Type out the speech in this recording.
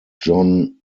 john